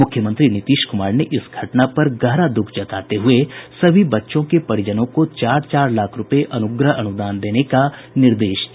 मुख्यमंत्री नीतीश कुमार ने इस घटना पर गहरा दुःख जताते हुये सभी बच्चों के परिजनों को चार चार लाख रूपए अनुग्रह अनुदान देने का निर्देश दिया